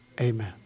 Amen